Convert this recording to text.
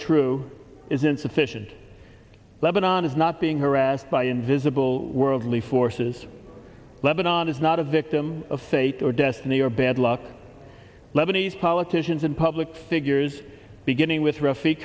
true is insufficient lebanon is not being harassed by invisible worldly forces lebanon is not a victim of fate or destiny or bad luck lebanese politicians and public figures beginning with r